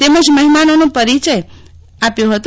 તેમજ મહેમાનોનો પરિચય આપ્યો હતો